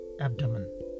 abdomen